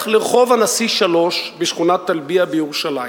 לך לרחוב הנשיא 3 בשכונת טלביה בירושלים,